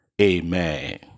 Amen